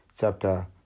chapter